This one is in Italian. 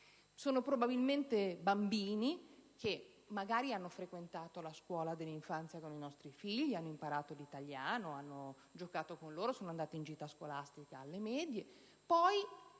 Probabilmente da bambini hanno frequentato la scuola dell'infanzia con i nostri figli, hanno imparato l'italiano e giocato con loro e con loro sono andati in gita scolastica alle medie.